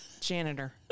Janitor